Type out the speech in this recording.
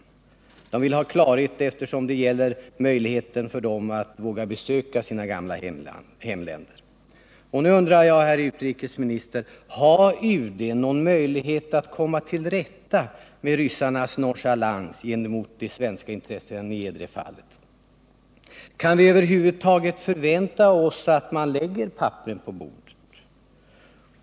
De Tisdagen den vill ha klarhet, eftersom det gäller möjligheten för dem att våga besöka sina 5 december 1978 gamla hemländer. Nu undrar jag, herr utrikesminister: Har UD någon möjlighet att komma till rätta med ryssarnas nonchalans gentemot de svenska intressena i Niedrefallet? Kan vi över huvud taget förvänta oss att de lägger papperen på bordet?